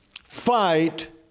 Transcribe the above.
fight